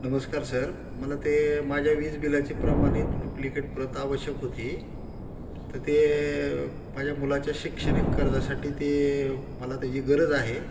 नमस्कार सर मला ते माझ्या वीज बिलाचे प्रमाणित डुप्लिकेट प्रत आवश्यक होती तर ते माझ्या मुलाच्या शैक्षणिक कर्जासाठी ते मला त्याची गरज आहे